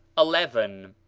eleven.